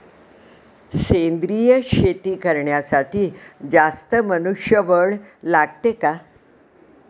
सेंद्रिय शेती करण्यासाठी जास्त मनुष्यबळ लागते का?